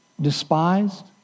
Despised